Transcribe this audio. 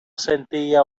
sentía